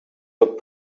look